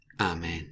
Amen